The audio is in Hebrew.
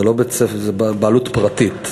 בית-הספר הוא בבעלות פרטית.